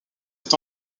est